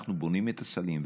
אנחנו בונים את הסלים,